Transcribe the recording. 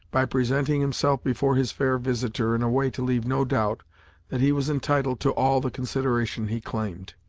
by presenting himself before his fair visitor in a way to leave no doubt that he was entitled to all the consideration he claimed.